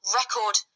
record